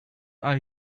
are